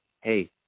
hey